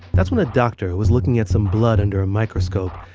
that's when a doctor was looking at some blood under a microscope,